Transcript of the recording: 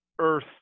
earth